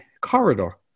corridor